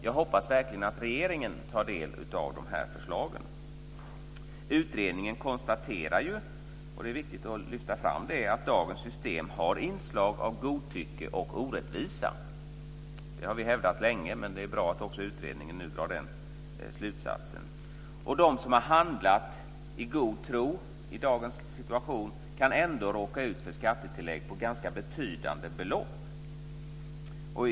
Jag hoppas verkligen att regeringen tar del av förslagen. Utredningen konstaterar ju, och det är viktigt att lyfta fram det, att dagens system har inslag av godtycke och orättvisa. Det har vi hävdat länge, men det är bra att också utredningen nu drar den slutsatsen. De som har handlat i god tro kan i dagens situation ändå råka ut för skattetillägg på ganska betydande belopp.